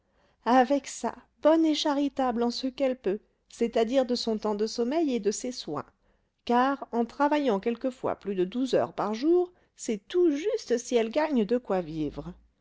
avec ça bonne et charitable en ce qu'elle peut c'est-à-dire de son temps de sommeil et de ses soins car en travaillant quelquefois plus de douze heures par jour c'est tout juste si elle gagne de quoi vivre